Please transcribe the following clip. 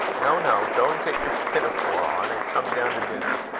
no, no. go and get your pinafore on, and come down to dinner.